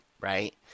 right